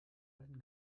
alten